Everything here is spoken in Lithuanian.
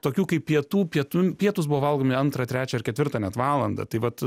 tokių kaip pietų pietum pietūs buvo valgomi antrą trečią ar ketvirtą net valandą tai vat